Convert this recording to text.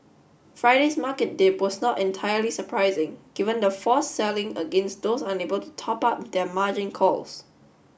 Friday's market dip was not entirely surprising given the forced selling against those unable to top up their margin calls